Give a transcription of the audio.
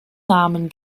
namen